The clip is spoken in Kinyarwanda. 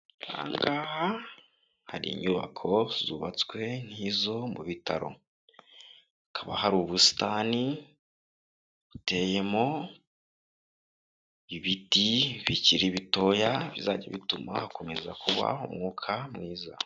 Aha ngaha hari inyubako zubatswe nkizo mu bitaro, hakaba hari ubusitani buteyemo ibiti bikiri bitoya bizajya bituma hakomeza kubaha umwuka mwiza.